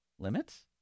Limits